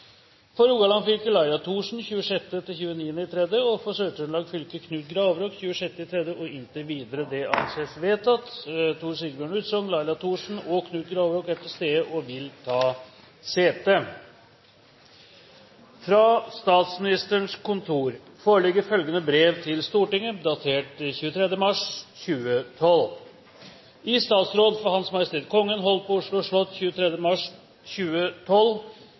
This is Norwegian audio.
For Rogaland fylke: Laila Thorsen 26.–29. mars For Sør-Trøndelag fylke: Knut Gravråk 26. mars og inntil videre Tor Sigbjørn Utsogn, Laila Thorsen og Knut Gravråk er til stede og vil ta sete. Fra Statsministerens kontor foreligger følgende brev til Stortinget, datert 23. mars 2012: «I statsråd for H.M. Kongen holdt på Oslo slott 23. mars 2012